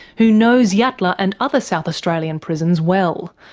who knows yatala and other south australian prisons well.